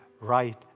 right